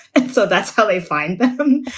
and so that's how they find but them.